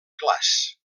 clars